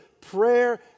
Prayer